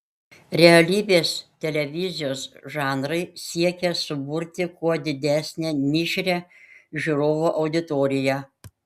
realybės televizijos žanrai siekia suburti kuo didesnę mišrią žiūrovų auditoriją